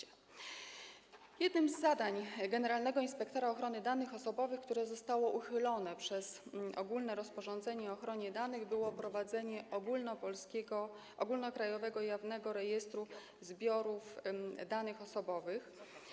Jednym z zadań generalnego inspektora ochrony danych osobowych, które zostało uchylone przez ogólne rozporządzenie o ochronie danych, było prowadzenie ogólnokrajowego, jawnego rejestru zbiorów danych osobowych.